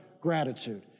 gratitude